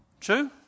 True